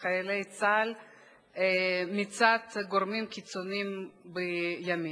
חיילי צה"ל מצד גורמים קיצוניים בימין.